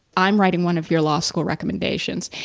i'm writing one of your law school recommendations.